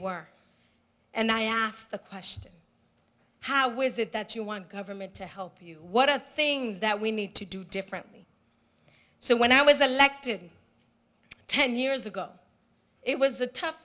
were and i asked the question how is it that you want government to help you what are the things that we need to do differently so when i was elected ten years ago it was a tough